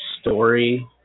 story